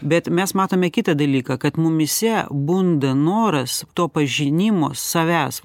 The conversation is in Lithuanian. bet mes matome kitą dalyką kad mumyse bunda noras to pažinimo savęs